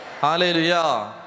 Hallelujah